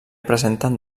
presenten